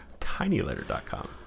Tinyletter.com